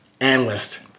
analyst